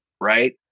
right